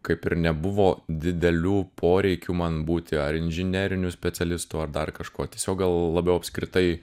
kaip ir nebuvo didelių poreikių man būti ar inžineriniu specialistu ar dar kažkuo tiesiog gal labiau apskritai